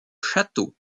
château